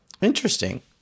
Interesting